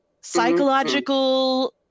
psychological